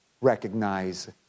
recognize